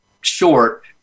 short